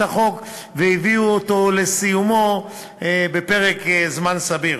החוק והביאו אותו לסיומו בפרק זמן סביר.